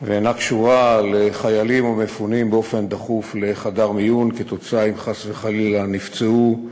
ואינה קשורה לחיילים המפונים באופן דחוף לחדר מיון אם חס וחלילה נפצעו,